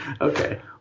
Okay